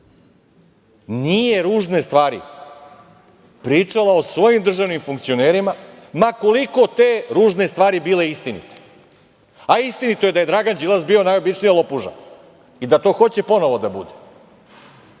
nije ružne stvari pričala o svojim državnim funkcionerima, ma koliko te ružne stvari bile istinite. Istinito je da je Dragan Đilas bio najobičnija lopuža i da to hoće ponovo da bude.